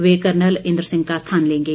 वह कर्नल इंद्र सिंह का स्थान लेंगे